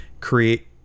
create